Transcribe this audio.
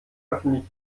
öffentlich